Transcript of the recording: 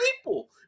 people